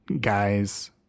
guys